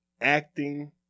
acting